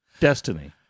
Destiny